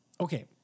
okay